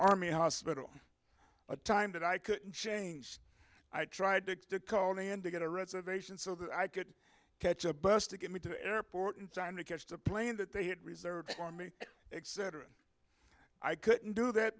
army hospital a time that i couldn't change i tried to call in to get a reservation so that i could catch a bus to get me to the airport in time to catch the plane that they had reserved for me except i couldn't do that